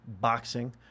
boxing